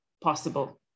possible